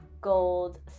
gold